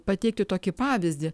pateikti tokį pavyzdį